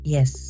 Yes